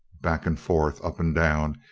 back and forth, up and down,